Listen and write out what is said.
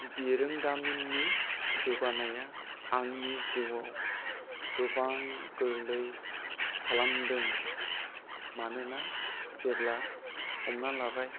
बिरोंदामिननि जौगानाया आंनि जिउयाव गोबां गोरलै खालामदों मानोना जेब्ला हमना लाबाय